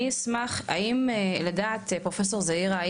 אני אשמח לדעת פרופסור זעירא,